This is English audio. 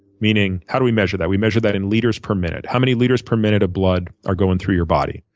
meaning, how do we measure that? we measure that in liters per minute. how many liters per minute of blood are going through your body?